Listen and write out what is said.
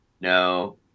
No